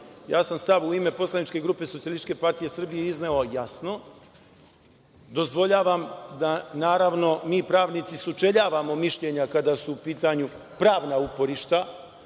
Ja sam stav u ime poslaničke grupe SPS-a izneo jasno. Dozvoljavam da, naravno, mi pravnici sučeljavamo mišljenja kada su u pitanju pravna uporišta,